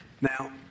Now